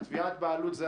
זה תביעת בעלות.